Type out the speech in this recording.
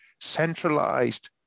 centralized